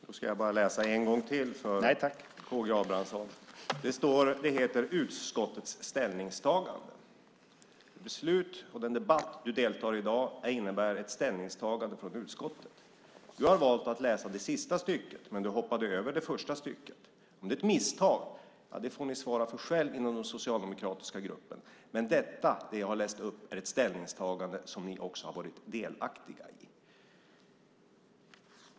Herr talman! Då ska jag bara läsa en gång till för K G Abramsson. Det heter "Utskottets ställningstagande". Det beslut och den debatt du i dag deltar i innebär ett ställningstagande från utskottet. Du har valt att läsa det sista stycket, men du hoppade över det första stycket. Om det är ett misstag får ni själva svara för det inom den socialdemokratiska gruppen. Det som jag har läst upp är ett ställningstagande som ni också har varit delaktiga i.